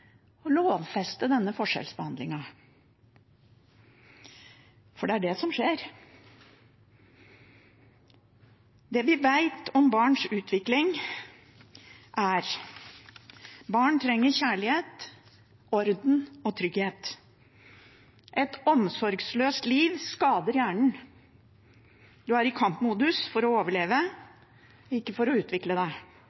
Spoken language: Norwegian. å lovfeste denne forskjellsbehandlingen. Det er det som skjer. Det vi vet om barns utvikling, er at barn trenger kjærlighet, orden og trygghet. Et omsorgsløst liv skader hjernen. Man er i kampmodus for å overleve,